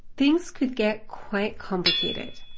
things could get quite complicated.